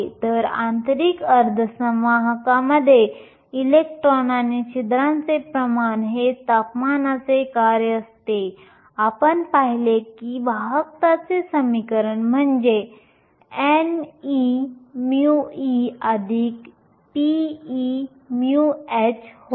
तर आंतरिक अर्धसंवाहकात इलेक्ट्रॉन आणि छिद्रांचे प्रमाण हे तपमानाचे कार्य असते आपण पाहिले की वाहकताचे समीकरण म्हणजे n e μe p e μh होय